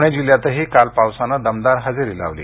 पुणे जिल्ह्यातही काल पावसानं दमदार हजेरी लावली